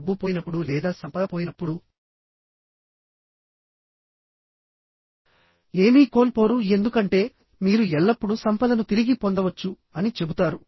డబ్బు పోయినప్పుడు లేదా సంపద పోయినప్పుడు ఏమీ కోల్పోరు ఎందుకంటే మీరు ఎల్లప్పుడూ సంపదను తిరిగి పొందవచ్చు అని చెబుతారు